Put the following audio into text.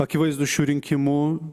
akivaizdūs šių rinkimų